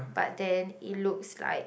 but then it looks like